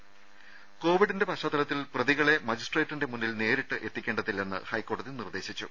രുദ കോവിഡിന്റെ പശ്ചാത്തലത്തിൽ പ്രതികളെ മജിസ്ട്രേറ്റിന്റെ മുന്നിൽ നേരിട്ട് എത്തിക്കേണ്ടതില്ലെന്ന് ഹൈക്കോടതി നിർദേശിച്ചു